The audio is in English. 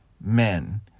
men